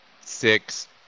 six